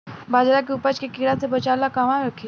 बाजरा के उपज के कीड़ा से बचाव ला कहवा रखीं?